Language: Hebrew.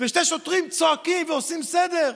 ושני שוטרים צועקים ועושים סדר.